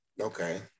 Okay